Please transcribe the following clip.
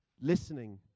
listening